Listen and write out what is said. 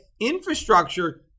Infrastructure